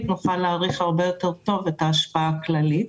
נוכל להעריך הרבה יותר טוב את ההשפעה הכללית.